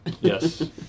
Yes